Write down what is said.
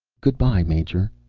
good-bye, major.